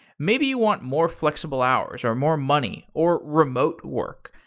maybe you want more flexible hours, or more money, or remote work.